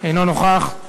אינו נוכח,